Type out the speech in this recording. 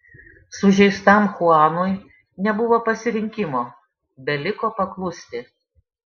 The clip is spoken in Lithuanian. sužeistam chuanui nebuvo pasirinkimo beliko paklusti